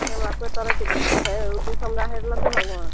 हमरा कोइ तरहक दुःख छै ओ दुःख हमरा हरि लेतै भगबान